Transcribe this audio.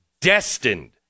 destined